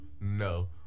no